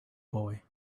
boy